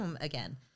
again